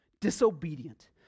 disobedient